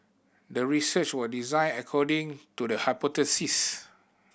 the research was designed according to the hypothesis